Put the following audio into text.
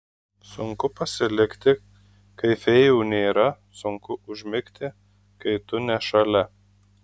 sunku pasilikti kai fėjų nėra sunku užmigti kai tu ne šalia